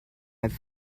have